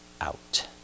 out